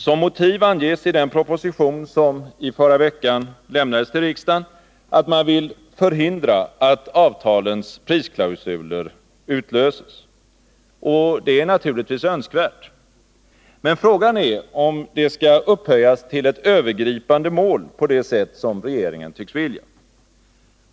Som motiv anges i den proposition som i förra veckan lämnades till riksdagen att man vill förhindra att avtalens prisklausuler utlöses. Och det är naturligtvis önskvärt. Men frågan är om det skall upphöjas till ett övergripande mål på det sätt som regeringen tycks vilja.